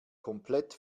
komplett